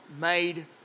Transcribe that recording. made